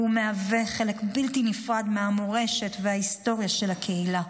והוא מהווה חלק בלתי נפרד מהמורשת וההיסטוריה של הקהילה.